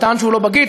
טען שהוא לא בגיץ,